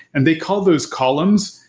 and they call those columns,